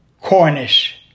Cornish